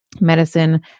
medicine